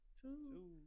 Two